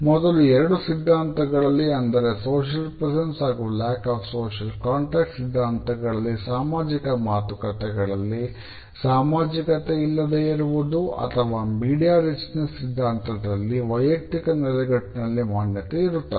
ಮೊದಲ ಎರಡು ಸಿದ್ಧಾಂತಗಳಲ್ಲಿ ಅಂದರೆ ಸೋಶಿಯಲ್ ಪ್ರೆಸೆನ್ಸ್ ಹಾಗು ಲ್ಯಾಕ್ ಆಫ್ ಸೋಶಿಯಲ್ ಕಾಂಟಾಕ್ಟ್ ಸಿದ್ಧಾಂತದಲ್ಲಿ ವೈಯುಕ್ತಿಕ ನೆಲಗಟ್ಟಿನಲ್ಲಿ ಮಾನ್ಯತೆ ಇರುತ್ತದೆ